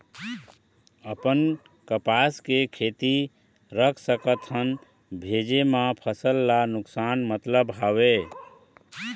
अपन कपास के खेती रख सकत हन भेजे मा फसल ला नुकसान मतलब हावे?